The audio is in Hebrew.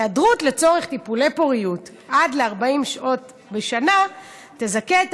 היעדרות לצורך טיפולי פוריות עד ל-40 שעות בשנה תזכה את